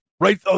right